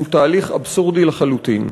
הוא תהליך אבסורדי לחלוטין.